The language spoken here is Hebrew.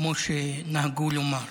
כמו שנהגו לומר.